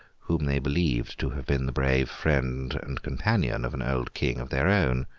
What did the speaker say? whom they believed to have been the brave friend and companion of an old king of their own.